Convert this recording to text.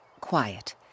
quiet